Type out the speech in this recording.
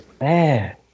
man